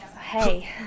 Hey